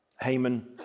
Haman